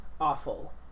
awful